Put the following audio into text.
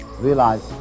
realize